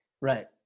Right